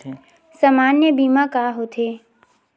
सामान्य बीमा का होथे?